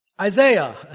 Isaiah